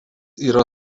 yra